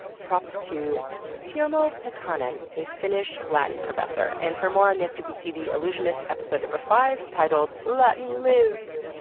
props to tuomo pekkanen, a finnish latin professor. and for more on this you can see the allusionist episode number five titled, latin lives!